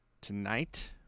tonight